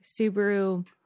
Subaru